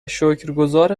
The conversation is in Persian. شکرگزار